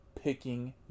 picking